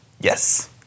Yes